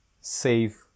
save